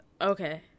okay